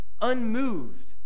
unmoved